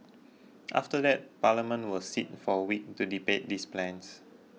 after that Parliament will sit for a week to debate these plans